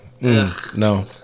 No